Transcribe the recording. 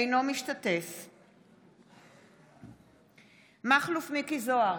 אינו משתתף בהצבעה מכלוף מיקי זוהר,